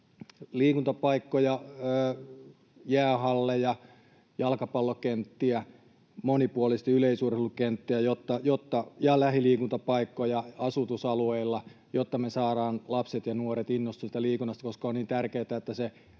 liikuntapaikkoja, jäähalleja, jalkapallokenttiä, monipuolisesti yleisurheilukenttiä ja lähiliikuntapaikkoja asutusalueilla, jotta me saadaan lapset ja nuoret innostumaan siitä liikunnasta, koska on tärkeätä,